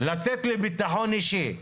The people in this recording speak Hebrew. לתת לי בטחון אישי.